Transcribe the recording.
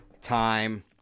time